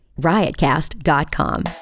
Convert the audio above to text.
riotcast.com